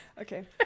Okay